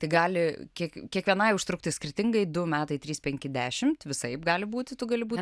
tai gali kiek kiekvienai užtrukti skirtingai du metai trys penki dešimt visaip gali būti tu gali būti